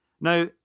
Now